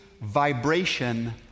vibration